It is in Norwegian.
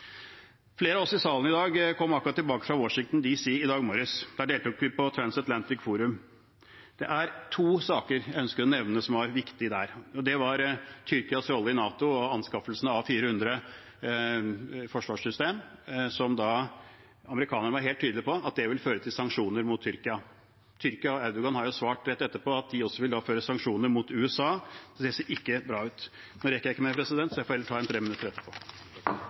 Flere av oss i salen i dag kom akkurat tilbake fra Washington DC i dag morges. Der deltok vi på Parliamentary Trans Atlantic Forum. Det er to saker jeg ønsker å nevne som var viktige der. Det er Tyrkias rolle i NATO og anskaffelsen av S-400 forsvarssystem, som amerikanerne var helt tydelige på ville føre til sanksjoner mot Tyrkia. Tyrkia og Erdogan svarte rett etterpå at de ville innføre sanksjoner mot USA, og det ser ikke bra ut. Nå rekker jeg ikke mer, så jeg får heller ta en